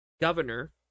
governor